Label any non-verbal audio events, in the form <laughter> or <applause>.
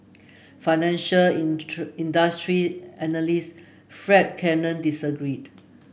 financial <unintelligible> industry analyst Fred Cannon disagreed